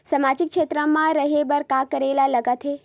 सामाजिक क्षेत्र मा रा हे बार का करे ला लग थे